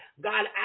God